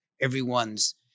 everyone's